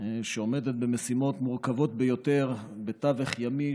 שעומדת במשימות מורכבות ביותר בתווך ימי,